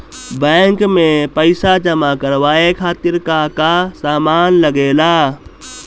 Bank में पईसा जमा करवाये खातिर का का सामान लगेला?